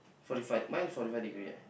forty five mine is forty five degree eh